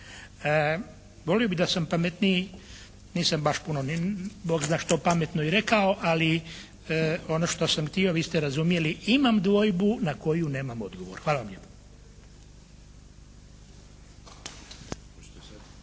Volio bih da sam pametniji. Nisam baš puno ni bog zna što pametno i rekao ali ono što sam htio vi ste razumjeli. Imam dvojbu na koju nemam odgovor. Hvala vam